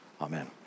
Amen